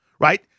right